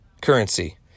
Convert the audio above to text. Currency